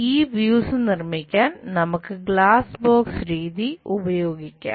ഈ വ്യൂസ് നിർമ്മിക്കാൻ നമുക്ക് ഗ്ലാസ് ബോക്സ് രീതി ഉപയോഗിക്കാം